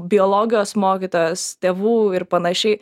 biologijos mokytojos tėvų ir panašiai